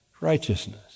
righteousness